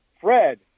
Fred